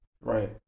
Right